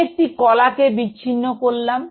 আমি একটি কলাকে বিছিন্ন করলাম